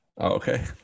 Okay